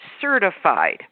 certified